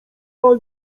rana